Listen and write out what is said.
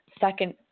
second